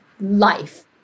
life